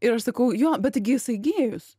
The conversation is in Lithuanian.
ir aš sakau jo bet tai gi jisai gėjus